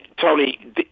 Tony